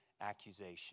accusation